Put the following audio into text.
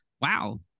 wow